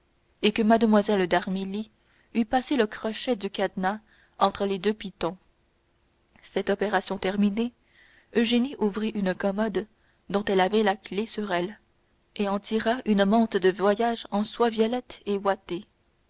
et que mlle d'armilly eût passé le crochet du cadenas entre les deux pitons cette opération terminée eugénie ouvrit une commode dont elle avait la clef sur elle et en tira une mante de voyage en soie violette ouatée